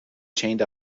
chained